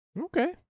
Okay